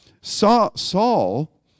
Saul